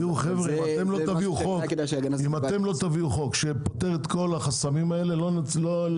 אם לא תביאו חוק שפותר את כל החסמים הללו,